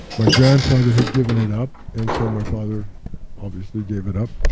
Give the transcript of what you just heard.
my grandfather had given it up, and so my father obviously gave it up.